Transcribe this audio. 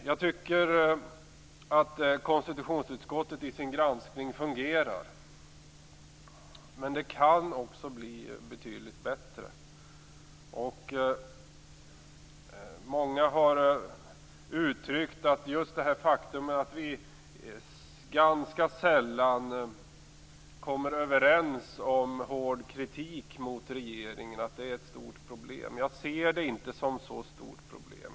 Jag tycker att konstitutionsutskottet i sin granskning fungerar men kan också bli betydligt bättre. Många har sagt att det faktum att vi ganska sällan kommer överens om hård kritik mot regeringen är ett stort problem. Jag ser det inte som ett stort problem.